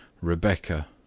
Rebecca